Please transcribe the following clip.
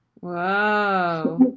Wow